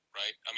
right